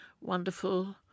wonderful